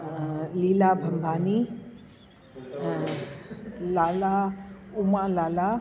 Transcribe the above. अ लीला भंभानी ऐं लाला उमा लाला